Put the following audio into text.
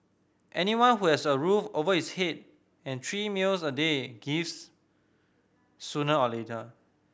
anyone who has a roof over his head and three meals a day gives sooner or later